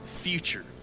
future